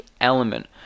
element